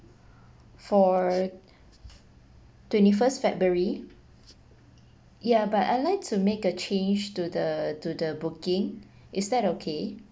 for twenty first february ya but I like to make a change to the to the booking is that okay